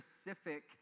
specific